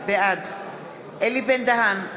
בעד אלי בן-דהן,